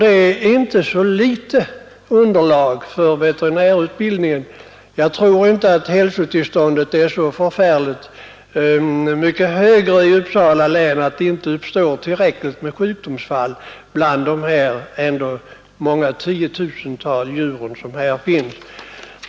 Det är inte så dåligt underlag för veterinärutbildningen. Jag tror inte att hälsotillståndet är så mycket högre i Uppsala län utan att det även där uppstår tillräckligt med sjukdomsfall bland de tiotusentals djur som finns.